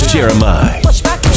Jeremiah